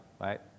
right